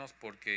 porque